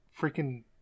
freaking